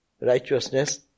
righteousness